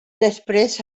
després